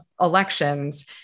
elections